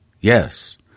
yes